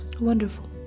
Wonderful